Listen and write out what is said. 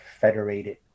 federated